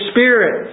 Spirit